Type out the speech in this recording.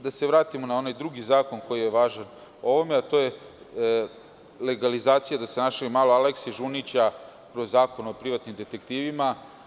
Da se vratim sada na onaj drugi zakon koji je važan, a to je legalizacija, da se našalim malo, Aleksi Žunića, kroz zakon o privatnim detektivima.